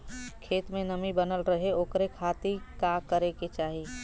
खेत में नमी बनल रहे ओकरे खाती का करे के चाही?